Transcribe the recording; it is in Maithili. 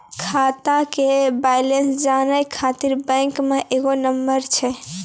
खाता के बैलेंस जानै ख़ातिर बैंक मे एगो नंबर छै?